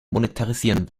monetarisieren